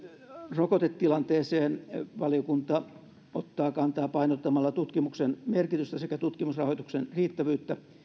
rokotetilanteeseen valiokunta ottaa kantaa painottamalla tutkimuksen merkitystä sekä tutkimusrahoituksen riittävyyttä